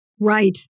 Right